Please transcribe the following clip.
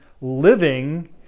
living